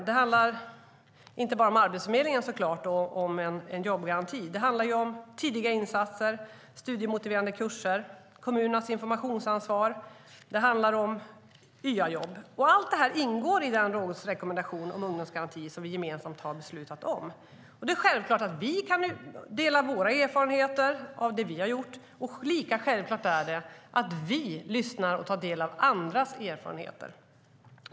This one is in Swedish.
Det handlar såklart inte bara om Arbetsförmedlingen och jobbgaranti, utan det handlar om tidiga insatser, studiemotiverande kurser, kommunernas informationsansvar och YA-jobb. Allt detta ingår i den rådsrekommendation om ungdomsgaranti som vi gemensamt har beslutat om. Det är självklart att vi kan dela med oss av våra erfarenheter av det vi har gjort, och lika självklart är det att vi lyssnar och tar del av andras erfarenheter.